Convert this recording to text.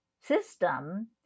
system